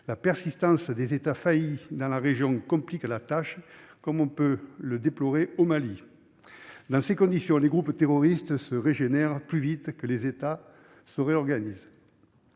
la persistance d'États faillis complique la tâche ; on peut notamment le déplorer au Mali. Dans ces conditions, les groupes terroristes se régénèrent plus vite que les États ne s'organisent.